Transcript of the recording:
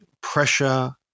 pressure